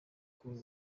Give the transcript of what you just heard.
call